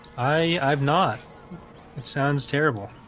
i've not it sounds terrible.